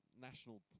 national